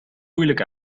moeilijk